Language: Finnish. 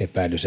epäilys